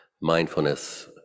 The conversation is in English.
mindfulness